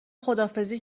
خداحافظی